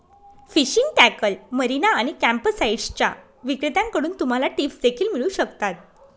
fishing tackle, marina आणि कॅम्पसाइट्सच्या विक्रेत्यांकडून तुम्हाला टिप्स देखील मिळू शकतात